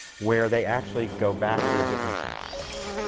where they actually go back to a different sense of time,